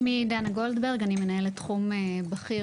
שמי דנה גולדברג אני מנהלת תחום בכיר,